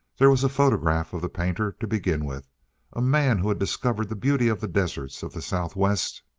there was the photograph of the painter, to begin with a man who had discovered the beauty of the deserts of the southwest.